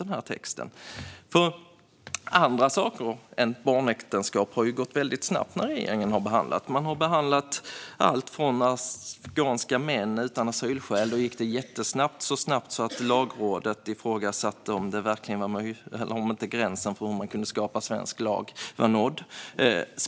För andra saker än sådant som handlar om barnäktenskap har ju gått väldigt snabbt när regeringen har behandlat dem. Man har till exempel behandlat afghanska män utan asylskäl. Då gick det jättesnabbt, så snabbt att Lagrådet ifrågasatte om inte gränsen för hur man kan skapa svensk lag var nådd.